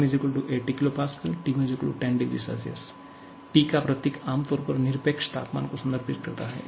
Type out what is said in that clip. P1 80 kPa T1 10 oC T का प्रतीक आमतौर पर निरपेक्ष तापमान को संदर्भित करता है